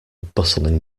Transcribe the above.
bustling